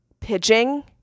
pitching